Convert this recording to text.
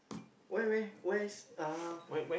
where where where is uh